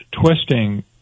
twisting